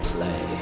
Play